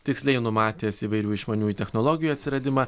tiksliai numatęs įvairių išmaniųjų technologijų atsiradimą